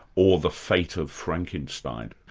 or the fate of frankenstein.